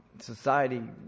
Society